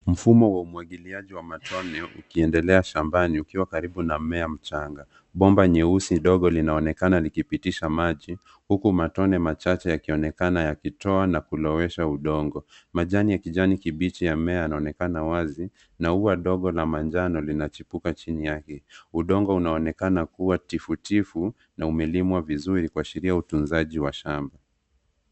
Mfumo wa umwagiliaji wa matone ukiendelea shambani ukiwa karibu na mmea mchanga. Bomba nyeusi ndogo linaonekana likipitisha maji, huku matone machache yakionekana yakitoa na kuloesha udongo. Majani ya kijani kibichi ya mimea yanaonekana wazi na ua ndogo la manjano linachipuka chini yake. Udongo unaonekana kuwa tifutifu na umelimwa vizuri kuashiria utunzaji wa shamba.